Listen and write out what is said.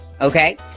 okay